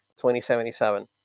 2077